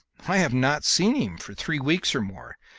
i have not seen him for three weeks or more,